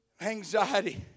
Anxiety